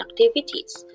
activities